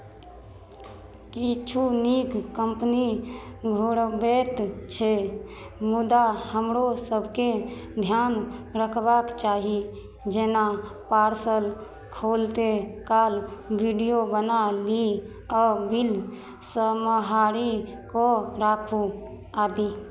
किछु नीक कम्पनी घुरबैत छै मुदा हमरो सभकेँ ध्यान रखबाक चाही जेना पार्सल खोलैत काल वीडियो बना ली आ बिल सम्हारि कऽ राखू आदि